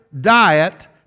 diet